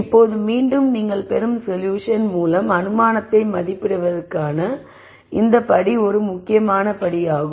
இப்போது மீண்டும் நீங்கள் பெறும் சொல்யூஷன் மூலம் அனுமானத்தை மதிப்பிடுவதற்கான இந்த படி ஒரு முக்கியமான படியாகும்